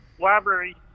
library